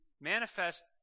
manifest